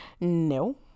No